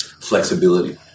flexibility